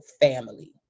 family